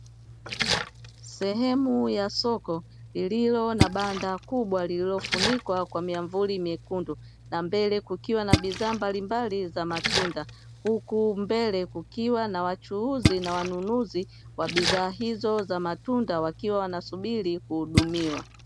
Sehemu ya soko lililo na banda kubwa lililofunikwa kwa miamvuli myekundu na mbele kukiwa na bidhaa mbalimbali za matunda huku mbele kukiwa na wachuuzi na wanunuzi wa bidhaa hizo za matunda wakiwa wanasubiri kuhudumiwa.